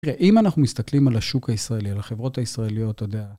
תראה, אם אנחנו מסתכלים על השוק הישראלי, על החברות הישראליות, אתה יודע...